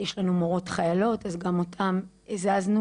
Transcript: יש לנו מורות חיילות אז גם אותן הזזנו,